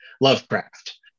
Lovecraft